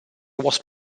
was